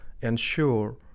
ensure